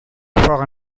four